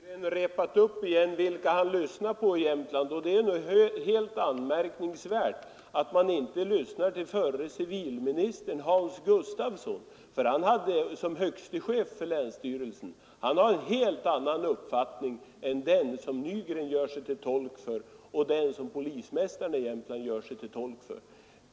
Herr talman! Nu har herr Nygren repat upp igen vilka personer utskottet lyssnat till i Jämtland, och det är anmärkningsvärt att man inte lyssnade till förre civilministern Hans Gustafsson som högste chef för länsstyrelsen. Han har en helt annan uppfattning än den som herr Nygren och den som polischefen i Jämtland gör sig till tolk för.